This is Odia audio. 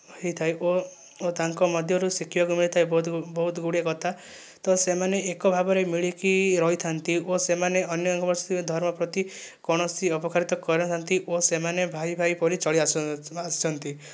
ହୋଇଥାଏ ଓ ତାଙ୍କ ମଧ୍ୟରୁ ଶିଖିବାକୁ ହୋଇଥାଏ ବହୁତ ବହୁତ ଗୁଡ଼ିଏ କଥା ତ ସେମାନେ ଏକ ଭାବରେ ମିଳିକି ରହିଥାନ୍ତି ଓ ସେମାନେ ଅନ୍ୟ ଧର୍ମ ପ୍ରତି କୌଣସି ଅବକାରିତା କରନାହାନ୍ତି ଓ ସେମାନେ ଭାଇ ଭାଇ ପରି ଚଳି ଆସିଛନ୍ତି